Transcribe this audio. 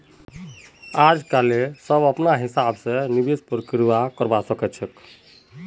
आजकालित सब कोई अपनार हिसाब स निवेशेर प्रक्रिया करवा सख छ